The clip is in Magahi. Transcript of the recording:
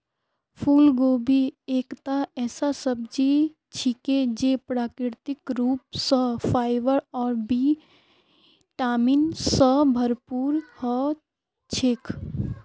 फूलगोभी एकता ऐसा सब्जी छिके जे प्राकृतिक रूप स फाइबर और बी विटामिन स भरपूर ह छेक